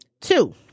Two